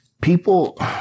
people